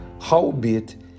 Howbeit